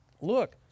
look